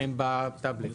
הם בטבלט.